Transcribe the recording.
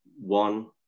one